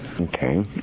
Okay